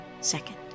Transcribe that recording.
second